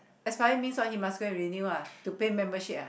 expire means what he must go and renew ah to pay membership ah